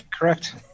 correct